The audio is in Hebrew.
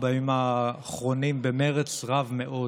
בימים האחרונים במרץ רב מאוד